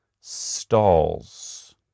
stalls